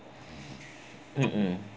mmhmm